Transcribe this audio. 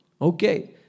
Okay